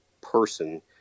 person